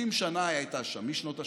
70 שנה היא הייתה שם, משנות השלושים.